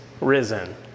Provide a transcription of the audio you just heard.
risen